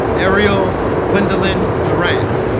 arial gwendolyn durant